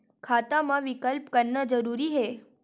खाता मा विकल्प करना जरूरी है?